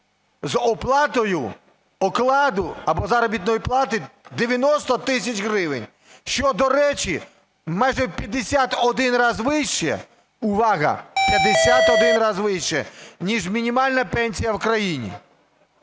з оплатою окладу або заробітної плати 90 тисяч гривень, що, до речі, майже в 51 раз вище (увага!) в 51 раз вище, ніж мінімальна пенсія в країні.